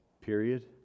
period